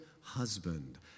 husband